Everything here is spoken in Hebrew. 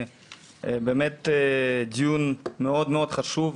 באמת דיון מאוד מאוד חשוב,